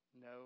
No